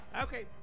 Okay